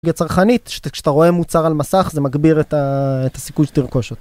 גיה צרכנית, שכשאתה רואה מוצר על מסך זה מגביר את הסיכוי שתרכוש אותו.